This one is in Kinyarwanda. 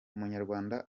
umunyarwanda